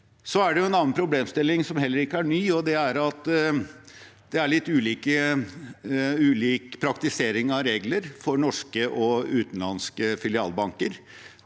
En annen problemstilling som heller ikke er ny, er at det er litt ulik praktisering av regler for norske og utenlandske filialbanker.